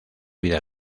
vida